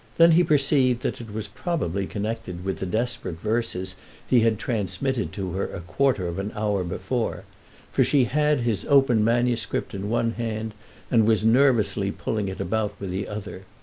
then he perceived that it was probably connected with the desperate verses he had transmitted to her a quarter of an hour before for she had his open manuscript in one hand and was nervously pulling it about with the other.